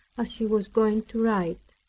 as he was going to write.